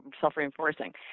self-reinforcing